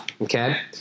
Okay